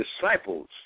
disciples